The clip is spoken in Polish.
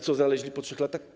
Co znaleźli po 3 latach?